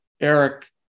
Eric